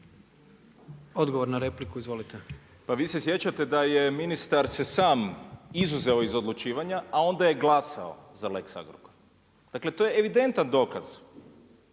**Bernardić, Davor (SDP)** Pa vi se sjećate da je ministar se sam izuzeo iz odlučivanja a onda je glasao za lex Agrokor. Dakle to je evidentan dokaz